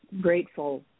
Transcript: grateful